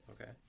okay